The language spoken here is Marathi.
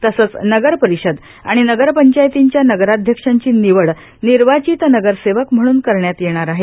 तसंव नगरपरिषद आणि नगरपंचायतींच्या नगराष्यक्षांची निवड निर्वाचित नगरसेवक म्हणून करण्यात येणार आहे